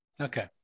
Okay